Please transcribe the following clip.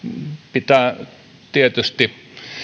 pitää tietysti